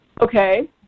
Okay